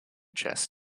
chess